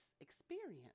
experience